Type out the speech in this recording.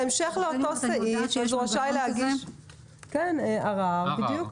רשאי להגיש ערר.